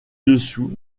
dessous